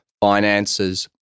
finances